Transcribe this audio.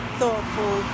thoughtful